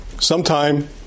sometime